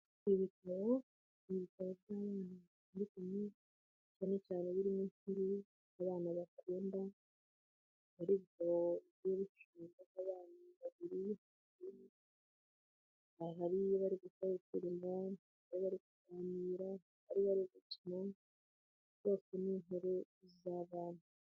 Ibitabo ni ibitabo birimo ibintu bitandukanye, cyane cyane birimo inkuru abana bakunda, ariko hari hicaye abantu babiri aha bari kuganira abandi bari gukina byose n'i nkuru zabana.